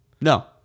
No